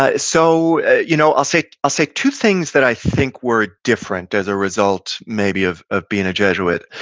ah so you know i'll say i'll say two things that i think were different as a result maybe of of being a jesuit.